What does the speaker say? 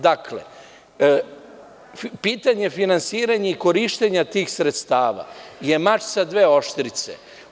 Dakle, pitanje finansiranja i korišćenja tih sredstava je mač sa dve oštrice.